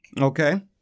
Okay